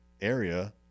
area